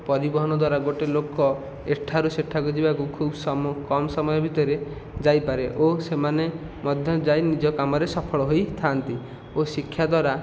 ପରିବହନ ଦ୍ୱାରା ଗୋଟିଏ ଲୋକ ଏଠାରୁ ସେଠାକୁ ଯିବାକୁ ଖୁବ କମ ସମୟ ଭିତରେ ଯାଇପାରେ ଓ ସେମାନେ ମଧ୍ୟ ଯାଇ ନିଜ କାମରେ ସଫଳ ହୋଇଥାନ୍ତି ଓ ଶିକ୍ଷା ଦ୍ୱାରା